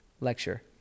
lecture